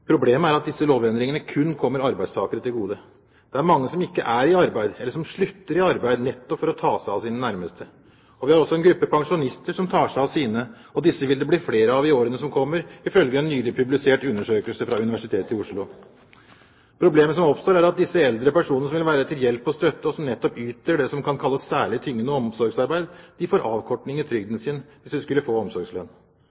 Problemet er at disse lovendringene kun kommer arbeidstakere til gode. Det er mange som ikke er i arbeid, eller som slutter i arbeid, nettopp for å ta seg av sine nærmeste. Vi har også en gruppe pensjonister som tar seg av sine, og disse vil det bli flere av i årene som kommer, ifølge en nylig publisert undersøkelse fra Universitetet i Oslo. Problemet som oppstår, er at disse eldre personene som vil være til hjelp og støtte, og som nettopp yter det som kan kalles særlig tyngende omsorgsarbeid, får avkorting i